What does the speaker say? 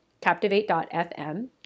captivate.fm